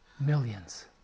Millions